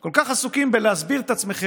אתם כל כך עסוקים בלהסביר את עצמכם